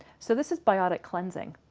so this is biotic cleansing.